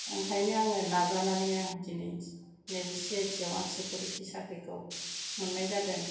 ओंखायनो आङो नाजानानै आं दिनै नैबे सि आइ टि आव आं सिकिउरिटि साख्रिखौ मोननाय जादों